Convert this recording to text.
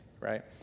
right